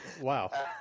wow